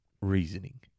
reasoning